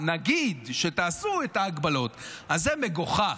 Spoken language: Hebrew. נגיד שתעשו את ההגבלות, אז זה מגוחך,